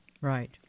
right